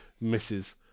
Misses